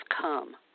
come